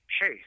hey